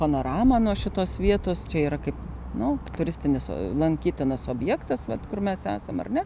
panoramą nuo šitos vietos čia yra kaip nu turistinis lankytinas objektas vat kur mes esam ar ne